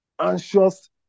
anxious